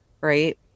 right